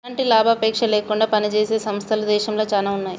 ఎలాంటి లాభాపేక్ష లేకుండా పనిజేసే సంస్థలు దేశంలో చానా ఉన్నాయి